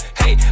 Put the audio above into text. hey